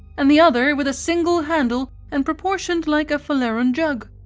and the other with a single handle and proportioned like a phaleron jug.